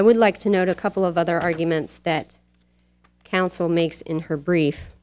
i would like to note a couple of other arguments that counsel makes in her brief